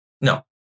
No